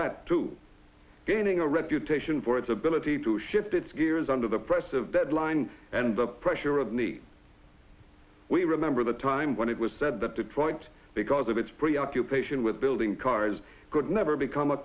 that to gaining a reputation for its ability to shift its gears under the press of deadline and the pressure of need we remember the time when it was said that detroit because of its preoccupation with building cars could never become a